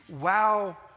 wow